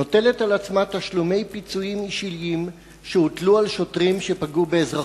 נוטלת על עצמה תשלומי פיצויים אישיים שהוטלו על שוטרים שפגעו באזרחים.